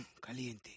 caliente